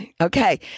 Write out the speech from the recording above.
Okay